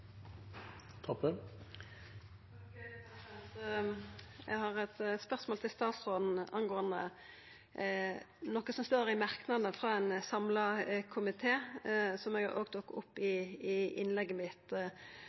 Eg har eit spørsmål til statsråden angåande noko som står i merknadene frå ein samla komité, og som eg òg tok opp i innlegget mitt.